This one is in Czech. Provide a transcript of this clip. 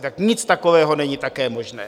Tak nic takového není také možné.